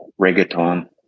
reggaeton